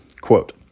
Quote